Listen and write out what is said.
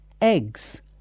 eggs